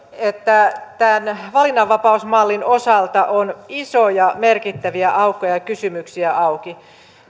että tämän valinnanvapausmallin osalta on isoja merkittäviä aukkoja ja kysymyksiä auki